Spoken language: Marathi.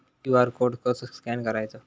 क्यू.आर कोड कसो स्कॅन करायचो?